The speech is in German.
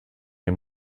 dem